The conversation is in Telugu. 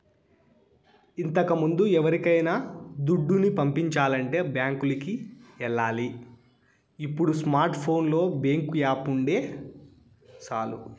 ఇంతకముందు ఎవరికైనా దుడ్డుని పంపించాలంటే బ్యాంకులికి ఎల్లాలి ఇప్పుడు స్మార్ట్ ఫోనులో బ్యేంకు యాపుంటే సాలు